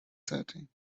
setting